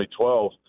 2012